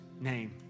name